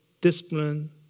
discipline